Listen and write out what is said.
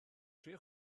tri